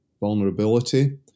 vulnerability